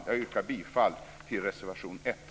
Jag yrkar bifall till reservation 1.